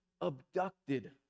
abducted